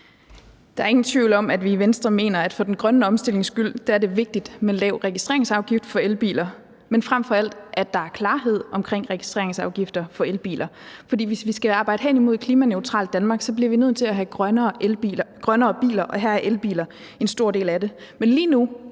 for den grønne omstillings skyld er det vigtigt med en lav registreringsafgift for elbiler, men frem for alt, at der er klarhed omkring registreringsafgifter for elbiler. For hvis vi skal arbejde hen imod et klimaneutralt Danmark, bliver vi nødt til at have grønnere biler, og heraf udgør elbiler en stor del. Men